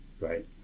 right